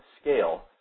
scale